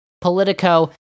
Politico